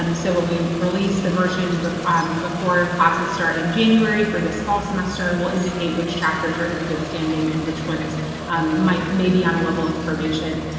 um so when we release the version but um before classes start in january for this fall semester, we'll indicate which chapters are in good standing and which ones might may be on a level of probation.